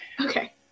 Okay